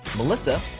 melissa,